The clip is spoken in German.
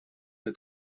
der